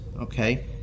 okay